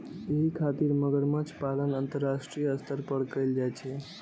एहि खातिर मगरमच्छ पालन अंतरराष्ट्रीय स्तर पर कैल जाइ छै